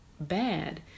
bad